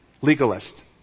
Legalist